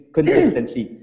consistency